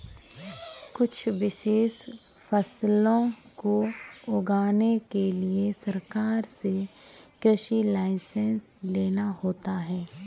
कुछ विशेष फसलों को उगाने के लिए सरकार से कृषि लाइसेंस लेना होता है